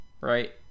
right